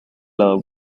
lado